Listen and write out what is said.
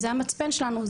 זה המצפן שלנו,